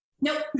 Nope